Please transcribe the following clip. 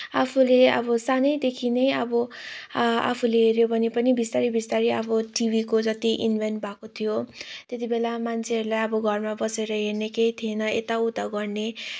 आफूले अब सानैदेखि नै अब आफूले हेऱ्यो भने पनि बिस्तारै बिस्तारै अब टिभीको जति इन्भेन्ट भएको थियो त्यति बेला मान्छेहरूले अब घरमा बसेर हेर्ने केही थिएन यताउता गर्ने